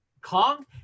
Kong